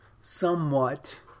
somewhat